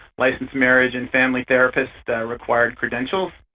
licensed marriage and family therapist required credentials.